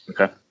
okay